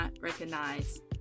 recognize